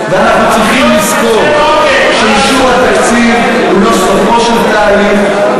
ואנחנו צריכים לזכור שאישור התקציב הוא לא סופו של תהליך,